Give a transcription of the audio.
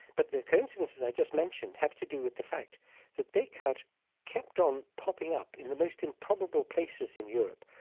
but the occasions i just mentioned have to do with the fact that descartes kept on popping up in the most improbable places in europe,